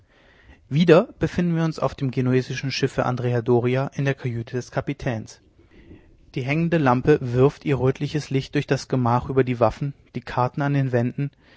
wieder befinden wir uns auf dem genuesischen schiff andrea doria in der kajüte des kapitäns die hängende lampe wirft ihr rötliches licht durch das gemach über die waffen die karten an den wänden